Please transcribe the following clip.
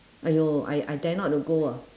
!aiyo! I I dare not to go ah